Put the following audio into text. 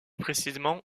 précisément